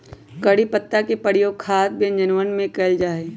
करी पत्तवा के प्रयोग खाद्य व्यंजनवन में कइल जाहई